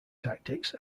tactics